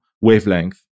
wavelength